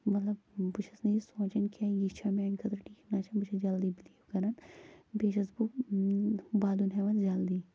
مطلب بہٕ چھَس نہٕ یہِ سونچان کینٛہہ یہِ چھےٚ میانہِ خٲطرٕ ٹھیٖک نہ چھےٚ بہٕ چھَس جلدٕے بٕلیٖو کران بیٚیہِ چھَس بہٕ ودُن ہیوان جلدٕے